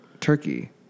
Turkey